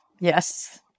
Yes